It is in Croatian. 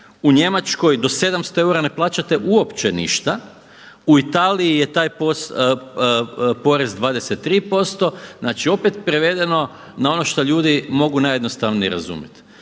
u Njemačkoj do 700 eura ne plaćate uopće ništa, u Italiji je taj porez 23%. Znači opet prevedeno na ono što ljudi mogu najjednostavnije razumjeti.